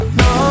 no